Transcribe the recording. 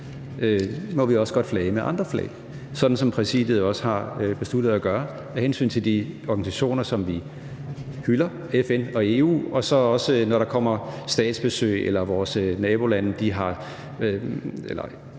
må vi også godt flage med andre flag, sådan som Præsidiet jo også har besluttet at gøre med hensyn til de organisationer, som vi hylder – FN og EU – og så også, når der kommer statsbesøg eller Færøerne og Grønland har